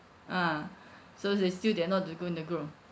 a'ah so they still dare not to go in the group ah